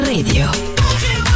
Radio